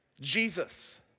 Jesus